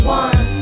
one